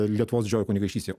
lietuvos didžiojoj kunigaikštystėj